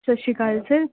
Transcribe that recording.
ਸਤਿ ਸ਼੍ਰੀ ਅਕਾਲ ਸਰ